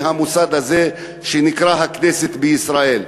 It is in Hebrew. מהמוסד הזה שנקרא הכנסת בישראל,